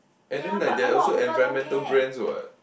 and then like there are also environmental brands what